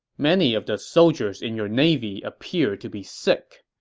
many of the soldiers in your navy appear to be sick.